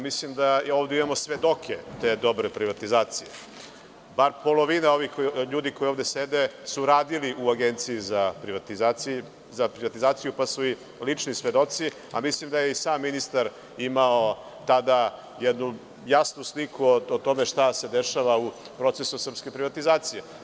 Mislim da ovde imamo svedoke te dobre privatizacije, bar polovina ovih ljudi koji ovde sede su radili u Agenciji za privatizaciju, pa su i lični svedoci, a mislim da je i sam ministar imao tada jednu jasnu sliku o tome šta se dešava u procesu srpske privatizacije.